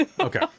Okay